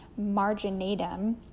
marginatum